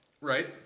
Right